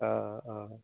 অঁ অঁ